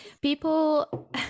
people